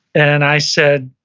and i said,